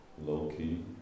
low-key